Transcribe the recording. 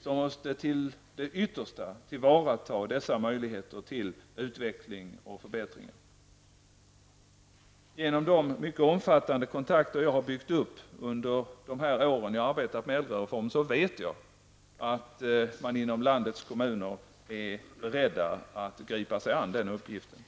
som till det yttersta måste tillvarata dessa möjligheter till utveckling och förbättringar. Genom de mycket omfattande kontakter som jag har byggt upp under de år som jag har arbetat med äldrereformen, vet jag att man inom landets kommuner är beredd att gripa sig an den uppgiften.